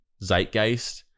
zeitgeist